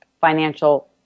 financial